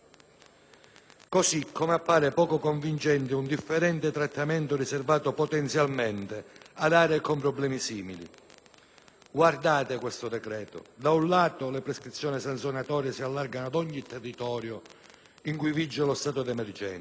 Così come appare poco convincente un differente trattamento riservato potenzialmente ad aree con problemi simili. Guardate questo decreto-legge: da un lato le prescrizioni sanzionatone si allargano ad ogni territorio in cui vige lo stato di emergenza,